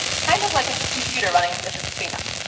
kind of like a computer running a disk cleanup.